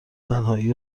تنهایی